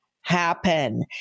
happen